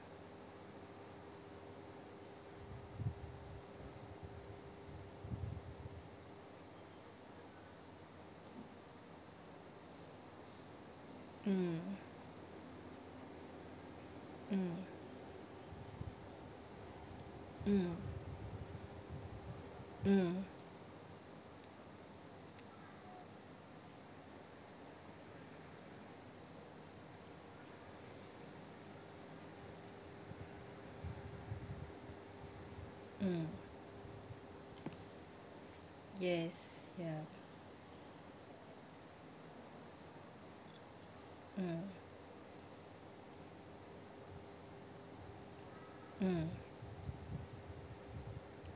mm mm mm mm mm yes ya mm mm